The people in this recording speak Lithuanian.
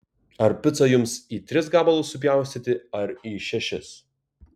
ar picą jums į tris gabalus supjaustyti ar į šešis